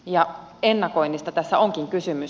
ja ennakoinnista tässä onkin kysymys